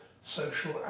social